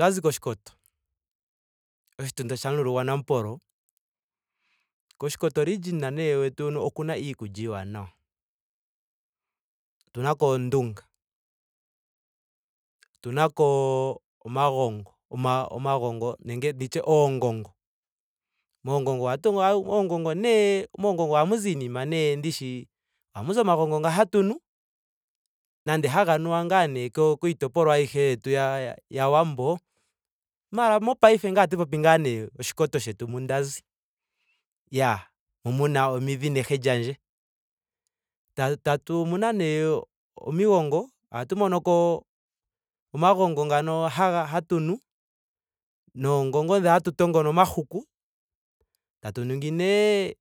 Onda zi koshikoto. oshitunda shamululu gwa namupolo. Koshikoto region shetu nee yetu huno okuna iikulya iiwanawa. Otunako oondunga. otunako omagongo. oma- omagongo nenge nditye oongongo. Moongongo ohamu tongo moongongo nee moongoongo ohamu zi iinima nee ndishi. ohamu zi omagongo nga hatu nu. nande haga nungwa ngaa nee ko- kiitopolwa ayihe yetu ya- ya owambo. Maara mopaife ngaye ote popi ngaa nee oshikoto shetu mu nda zi. Ya muna omidhi nehe lyandje. Tatu tatu omuna nee omigongo. ohatu monoko omagongo ngano haga hatu nu. noongongo dhi hatu tongona omahuku. tatu ningi nee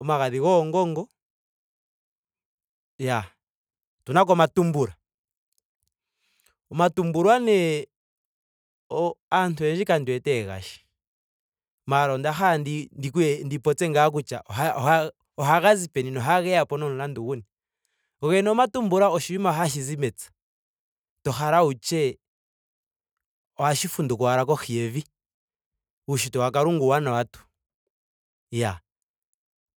omagadhi goongongo. iyaa. Otunako omatumbula. Omatumbulwa nee o- aantu oyendji kandi wete ye gashi. Maara onda hala ndi- ndi ku ye- ndi popye ngaa kutya ohaga ohaga peni nohaga yapo nomulandu guni. Go gene omatumbula oshinima hashi zi mepya. to hala wutye ohashi funduka ashike kohi yevi. Uunshitwe wa kalunga uuwanawa tuu. Iya.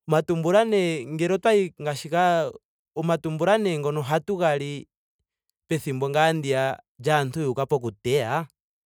Omatumbula nee ngele otwayi ngaashi kaa. omatumbula nee ngono ohatu ga li pethimbo ngaa ndiya lyaantu yuuka poku teya